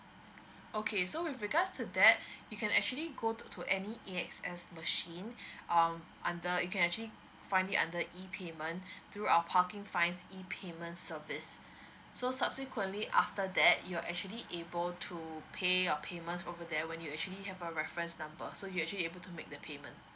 okay so with regards to that you can actually go to any in A_X_S machine um under you can actually find it under E payment through our parking fines E payment service so subsequently after that you're actually able to pay your payment over there when you actually have a reference number so you actually able to make the payment